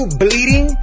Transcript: bleeding